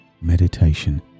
meditation